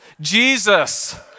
Jesus